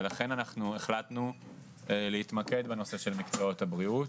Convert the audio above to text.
ולכן אנחנו החלטנו להתמקד בנושא של מקצועות הבריאות.